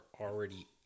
already